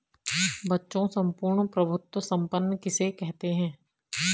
बच्चों सम्पूर्ण प्रभुत्व संपन्न किसे कहते हैं?